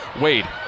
Wade